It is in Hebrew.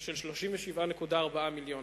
של 37.4 מיליון.